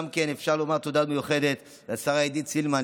אפשר גם לומר תודה מיוחדת לשרה עידית סילמן,